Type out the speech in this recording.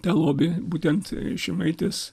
tą lobį būtent šimaitės